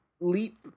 leap